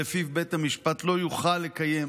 שלפיו בית המשפט לא יוכל לקיים